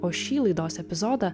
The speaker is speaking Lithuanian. o šį laidos epizodą